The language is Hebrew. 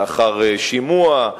לאחר שימוע,